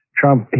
trump